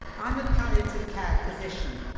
i'm a palliative care physician.